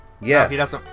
Yes